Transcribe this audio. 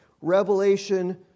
Revelation